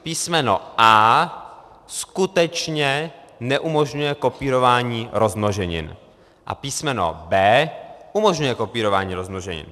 Písmeno a) skutečně neumožňuje kopírování rozmnoženin a písmeno b) umožňuje kopírování rozmnoženin.